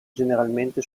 generalmente